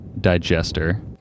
Digester